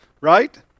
right